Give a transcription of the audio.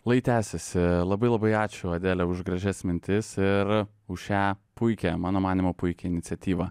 lai tęsiasi labai labai ačiū adele už gražias mintis ir už šią puikią mano manymu puikią iniciatyvą